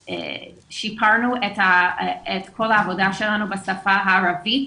שיפרנו את כל העבודה שלנו בשפה הערבית,